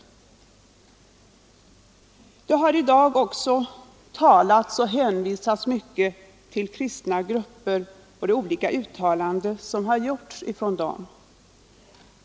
Likaså har det här i debatten hänvisats mycket till kristna grupper och till de uttalanden som gjorts av dem.